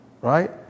right